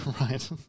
Right